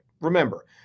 Remember